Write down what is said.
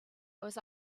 was